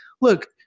look